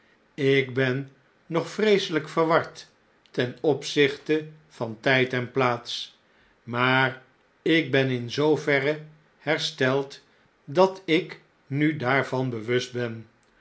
ik ben nog vreeselijk verward ten opzichte van tijd en plaats maar ik ben in zoover hersteld dat ik nu daarvan bewust ben